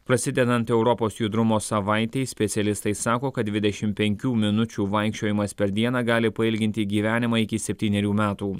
prasidedant europos judrumo savaitei specialistai sako kad dvidešimt penkių minučių vaikščiojimas per dieną gali pailginti gyvenimą iki septynerių metų